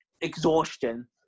exhaustion